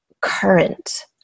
current